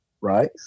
right